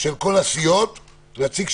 המשפחה שלו השקיעה בו כסף, ויצא אפס